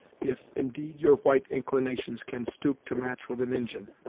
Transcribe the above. if, indeed your white inclinations can stoop to match with an injin.